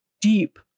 deep